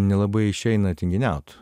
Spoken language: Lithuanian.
nelabai išeina tinginiaut